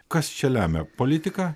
kas čia lemia politika